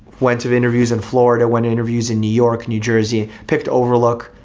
went to interviews in florida, went to interviews in new york, new jersey. picked overlook,